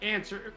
Answer